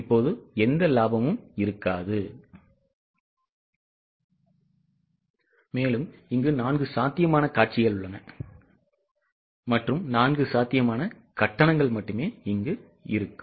இப்போது எந்த லாபமும் இருக்காது 4 சாத்தியமான காட்சிகள் உள்ளன 4 சாத்தியமான கட்டணங்கள் மட்டுமே இருக்கும்